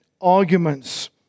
arguments